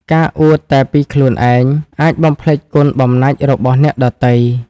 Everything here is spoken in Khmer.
ការអួតតែពីខ្លួនឯងអាចបំភ្លេចគុណបំណាច់របស់អ្នកដទៃ។